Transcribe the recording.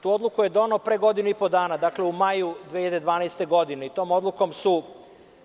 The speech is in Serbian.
Tu odluku je doneo pre godinu i po dana, u maju 2012. godine i tom odlukom su